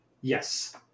Yes